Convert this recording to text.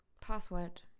Password